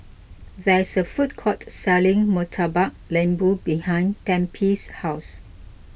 there is a food court selling Murtabak Lembu behind Tempie's House